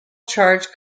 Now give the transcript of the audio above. charge